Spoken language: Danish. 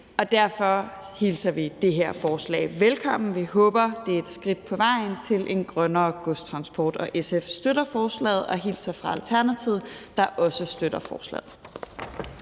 og derfor hilser vi det her forslag velkommen. Vi håber, det er et skridt på vejen til en grønnere godstransport, og SF støtter forslaget og hilser fra Alternativet, der også støtter forslaget.